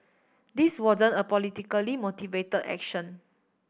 this wasn't a politically motivate action